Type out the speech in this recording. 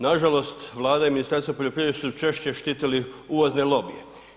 Nažalost, Vlada i Ministarstvo poljoprivrede su češće štitili uvozne lobije.